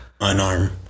Unarmed